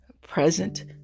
present